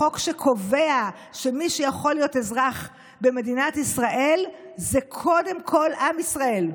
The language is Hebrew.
החוק שקובע שמי שיכול להיות אזרח במדינת ישראל זה קודם כול עם ישראל,